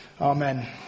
Amen